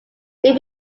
may